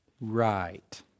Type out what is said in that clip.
Right